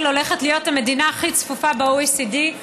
הולכת להיות המדינה הכי צפופה ב-OECD,